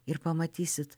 ir pamatysit